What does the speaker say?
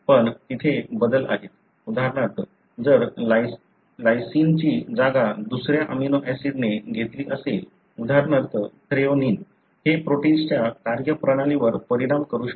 पण तिथे बदल आहेत उदाहरणार्थ जर लायसिनची जागा दुसर्या अमिनो ऍसिडने घेतली असेल उदाहरणार्थ थ्रेओनिन हे प्रोटिन्सच्या कार्यप्रणालीवर परिणाम करू शकते